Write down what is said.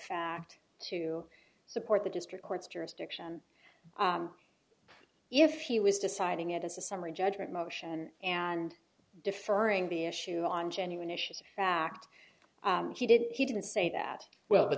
fact to support the district court's jurisdiction if he was deciding it as a summary judgment motion and deferring the issue on genuine issues of fact he did he didn't say that well but